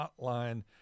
hotline